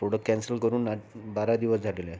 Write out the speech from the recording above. cancel करून बारा दिवस झालेला आहे